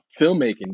filmmaking